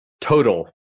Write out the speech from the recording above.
total